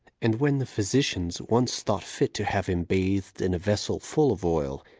and when the physicians once thought fit to have him bathed in a vessel full of oil,